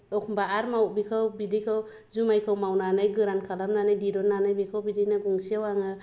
अखम्बा आरो बेखौ बिदैखौ जुमायखौ मावनानै गोरान खालामनानै दिरुन्नानै बेखौ बिदिनो गंसेयाव आङो